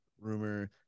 rumor